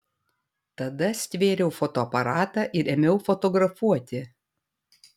tada stvėriau fotoaparatą ir ėmiau fotografuoti